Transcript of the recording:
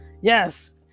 Yes